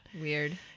Weird